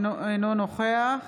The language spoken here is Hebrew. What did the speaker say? אינו נוכח